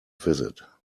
visit